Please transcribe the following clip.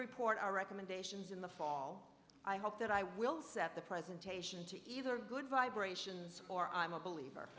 report our recommendations in the fall i hope that i will set the presentation to either good vibrations or i'm a believer